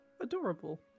adorable